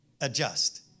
adjust